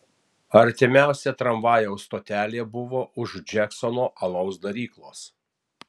artimiausia tramvajaus stotelė buvo už džeksono alaus daryklos